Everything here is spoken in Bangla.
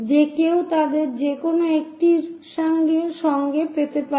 যে কেউ তাদের যে কোন একটির সঙ্গে যেতে পারেন